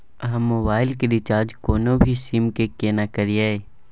हम मोबाइल के रिचार्ज कोनो भी सीम के केना करिए?